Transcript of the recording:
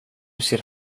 ser